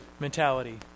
mentality